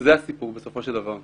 זה הסיפור בסופו של דבר.